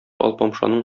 алпамшаның